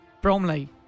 Bromley